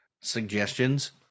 suggestions